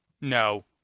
No